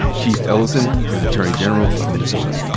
keith ellison is attorney general of minnesota.